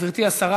גברתי השרה,